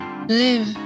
Live